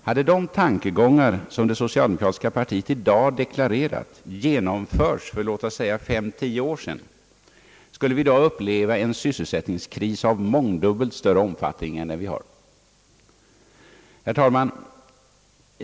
Hade de tankegångar som det socialdemokratiska partiet i dag deklarerar genomförts för låt mig säga fem till tio år sedan, skulle vi i dag uppleva en sysselsättningskris av mångdubbelt större omfattning än den vi har. Herr talman!